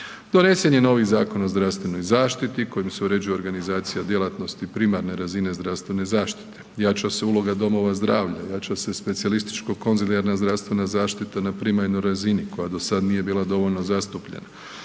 Donesen je novi Zakon o zdravstvenoj zaštiti kojim se uređuje organizacija djelatnosti primarne razine zdravstvene zaštite, jača se uloga domova zdravlja, jača se specijalističko konzilijarna zdravstvena zaštita na primarnoj razini koja do sad nije bila dovoljno zastupljena,